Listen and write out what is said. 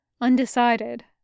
Undecided